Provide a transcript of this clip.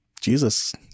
Jesus